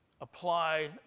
apply